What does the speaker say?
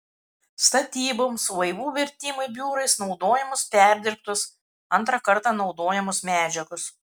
statyboms laivų virtimui biurais naudojamos perdirbtos antrą kartą naudojamos medžiagos